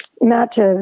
matches